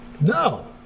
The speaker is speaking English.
No